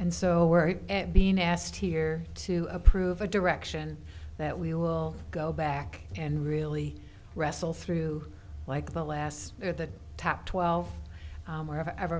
and so at being asked here to approve a direction that we will go back and really wrestle through like the last at the top twelve i have ever